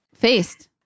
Faced